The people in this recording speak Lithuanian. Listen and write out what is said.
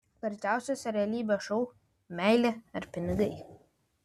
karčiausias realybės šou meilė ar pinigai